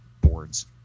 boards